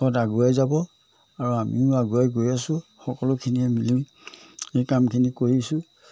ত আগুৱাই যাব আৰু আমিও আগুৱাই গৈ আছোঁ সকলোখিনিয়ে মিলি এই কামখিনি কৰিছোঁ